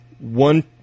one